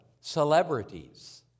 celebrities